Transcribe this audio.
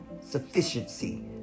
sufficiency